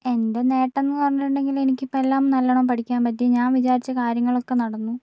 എൻ്റെ നേട്ടം എന്നു പറഞ്ഞിട്ടുണ്ടെങ്കിൽ എനിക്കിപ്പം എല്ലാം നല്ലോണം പഠിക്കാൻ പറ്റി ഞാൻ വിചാരിച്ച കാര്യങ്ങളൊക്കെ നടന്നു